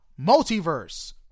multiverse